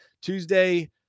Tuesday